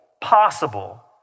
possible